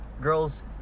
Girls